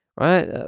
right